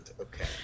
Okay